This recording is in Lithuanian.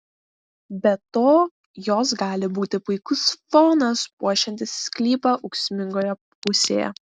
be to jos gali būti puikus fonas puošiantis sklypą ūksmingoje pusėje